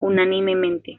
unánimemente